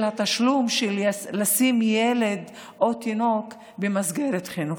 התשלום של בעבור ילד או תינוק במסגרת חינוכית.